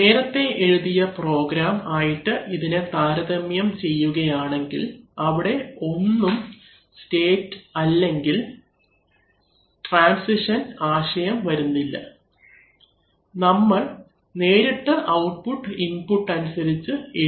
നേരത്തെ എഴുതിയ പ്രോഗ്രാം ആയിട്ട് ഇതിനെ താരതമ്യം ചെയ്യുകയാണെങ്കിൽ അവിടെ ഒന്നും സ്റ്റേറ്റ് അല്ലെങ്കിൽ ട്രാൻസിഷൻ ആശയം വരുന്നില്ല നമ്മൾ നേരിട്ട് ഔട്ട്പുട്ട് ഇൻപുട്ട് അനുസരിച്ച് എഴുതി